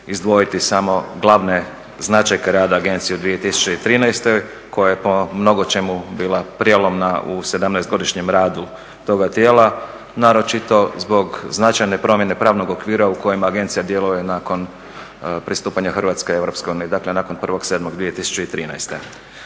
izdvojiti samo glavne značajke rada agencije u 2013.koja je po mnogo čemu bila prijeloma u sedamnaestogodišnjem radu toga tijela, naročito zbog značajne promjene pravnog okvira u kojem agencija djeluje nakon pristupanja Hrvatska EU dakle nakon 1.7.2013.